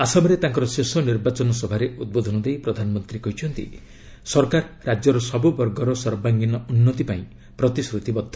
ଆସାମରେ ତାଙ୍କର ଶେଷ ନିର୍ବାଚନ ସଭାରେ ଉଦ୍ବୋଧନ ଦେଇ ପ୍ରଧାନମନ୍ତ୍ରୀ କହିଛନ୍ତି ସରକାର ରାଜ୍ୟର ସବୁବର୍ଗର ସର୍ବାଙ୍ଗୀନ ଉନ୍ନତି ପାଇଁ ପ୍ରତିଶ୍ରତିବଦ୍ଧ